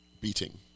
beating